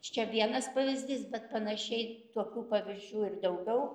čia vienas pavyzdys bet panašiai tokių pavyzdžių ir daugiau